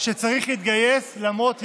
שצריך להתגייס למרות האי-הסכמות.